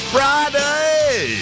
Friday